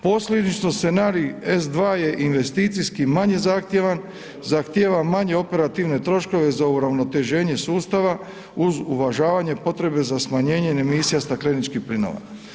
Posljedično scenarij S dva je investicijski manje zahtjevan, zahtjeva manje operativne troškove za uravnoteženje sustava uz uvažavanja potrebe za smanjenjem emisija stakleničkih plinova.